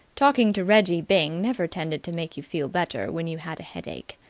talking to reggie byng never tended to make you feel better when you had a headache.